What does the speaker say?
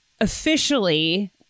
officially